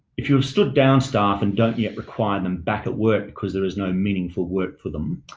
if you've stood down staff and don't yet require them back at work because there is no meaningful work for them,